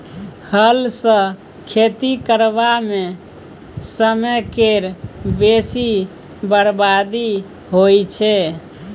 हल सँ खेती करबा मे समय केर बेसी बरबादी होइ छै